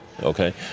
okay